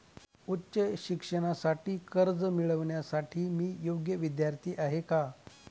उच्च शिक्षणासाठी कर्ज मिळविण्यासाठी मी योग्य विद्यार्थी आहे का?